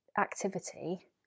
activity